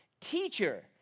Teacher